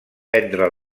prendre